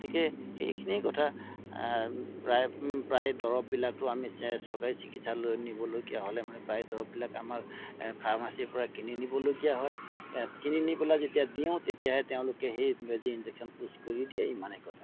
গতিকে সেইখিনিয়ে কথা প্ৰায় প্ৰায় দৰৱবিলাকতো আমি চে চৰকাৰী চিকিৎসালয়লৈ নিবলগীয়া হ'লে মানে প্ৰায় দৰৱবিলাক আমাৰ ফাৰ্মাচীৰ পৰা কিনি নিবলগীয়া হয় কিনি নি পেলাই যেতিয়া দিওঁ তেতিয়াহে তেওঁলোকে সেই বেজি ইনজেকশ্যন পুশ্ৱ কৰি দিয়ে ইমানেই কথা